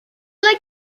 like